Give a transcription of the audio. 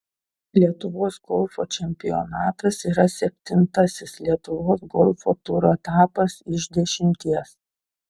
lietuvos golfo čempionatas yra septintasis lietuvos golfo turo etapas iš dešimties